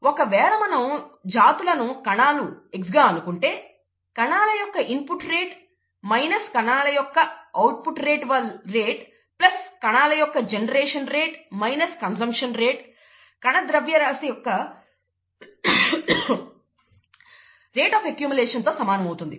ఒకవేళ మనం జాతులను కణాలు X గా అనుకుంటే కణాల యొక్క ఇన్పుట్ రేట్ మైనస్ కణాల యొక్క ఔట్పుట్ రేట్ ప్లస్ కణాల యొక్క generation rate minus consumption rate కణద్రవ్యరాశి యొక్క అక్యూమలేషన్ రేట్ తో సమానం అవుతుంది